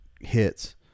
hits